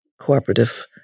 cooperative